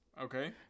Okay